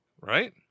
right